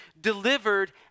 delivered